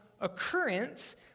occurrence